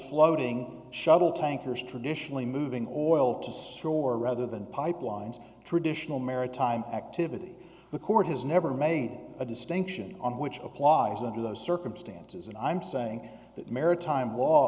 floating shuttle tankers traditionally moving or oil costs or rather than pipelines traditional maritime activity the court has never made a distinction on which applause under those circumstances and i'm saying that maritime law